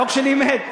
החוק שלי מת.